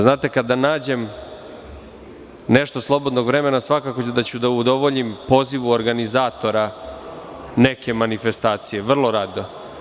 Znate, kada nađem nešto slobodnog vremena svakako ću da udovoljim pozivu organizatora neke manifestacije, vrlo rado.